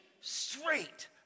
straight